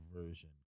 version